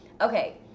Okay